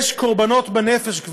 יש כבר קורבנות בנפש,